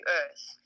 earth